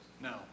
No